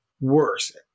worse